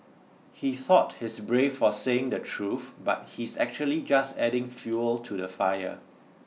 he thought he's brave for saying the truth but he's actually just adding fuel to the fire